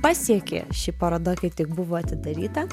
pasiekė ši paroda kai tik buvo atidaryta